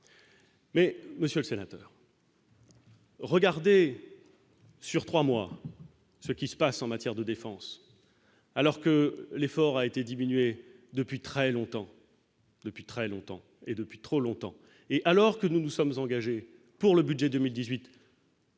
Mais, Monsieur le Sénateur. Regardez sur 3 mois, ce qui se passe en matière de défense alors que l'effort a été diminué depuis très longtemps, depuis très longtemps et depuis trop longtemps, et alors que nous nous sommes engagés pour le budget 2018.